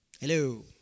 Hello